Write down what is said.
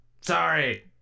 Sorry